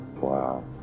Wow